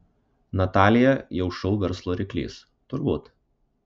natalija jau šou verslo ryklys turbūt